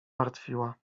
martwiła